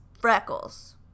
freckles